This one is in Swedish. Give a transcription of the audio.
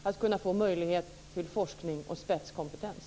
Vi måste ge möjlighet till forskning och spetskompetens.